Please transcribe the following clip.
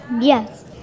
Yes